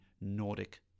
nordic